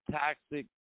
toxic